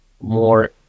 more